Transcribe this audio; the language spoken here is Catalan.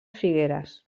figueres